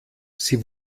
sie